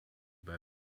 bei